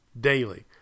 Daily